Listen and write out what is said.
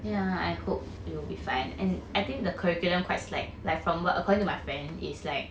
yeah I hope it'll be fine and I think the curriculum quite slack like from err according to my friend it's like